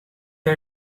hij